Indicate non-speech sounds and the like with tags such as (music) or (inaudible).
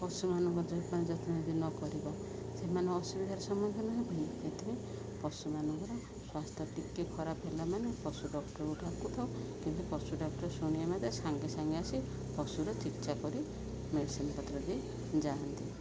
ପଶୁମାନଙ୍କ ଯଦି (unintelligible) ଯତ୍ନ ଯଦି ନ କରିବ ସେମାନେ ଅସୁବିଧାର ସମ୍ମୁଖୀନ ହେବେନି ଏଥିପାଇଁ ପଶୁମାନଙ୍କର ସ୍ୱାସ୍ଥ୍ୟ ଟିକେ ଖରାପ ହେଲା ମାନେ ପଶୁ ଡକ୍ଟର୍ଙ୍କ (unintelligible) କିନ୍ତୁ ପଶୁ ଡକ୍ଟର୍ ଶୁଣିବା (unintelligible) ସାଙ୍ଗେ ସାଙ୍ଗେ ଆସି ପଶୁର ଚିକିତ୍ସା କରି ମେଡ଼ିସିନ୍ ପତ୍ର ଦେଇ ଯାଆନ୍ତି